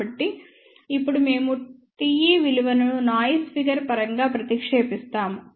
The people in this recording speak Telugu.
కాబట్టి ఇప్పుడు మేము Teవిలువను నాయిస్ ఫిగర్ పరంగా ప్రతిక్షేపిస్తాము